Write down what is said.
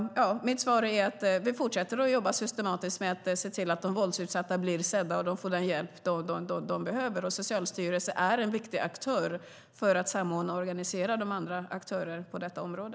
Mitt svar är att vi fortsätter att jobba systematiskt med att se till att de våldsutsatta blir sedda och att de får den hjälp de behöver. Socialstyrelsen är en viktig aktör för att samordna och organisera andra aktörer på detta område.